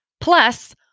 Plus